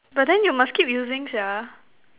but then you must keep using sia